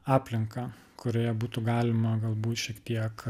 aplinką kurioje būtų galima galbūt šiek tiek